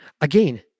again